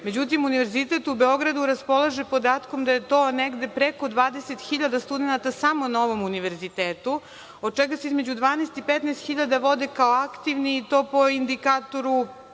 međutim, Univerzitet u Beogradu raspolaže podatkom da je to negde preko 20.000 studenata samo na ovom univerzitetu, od čega se između 12.000 i 15.000 vode kao aktivni, i to po indikatoru,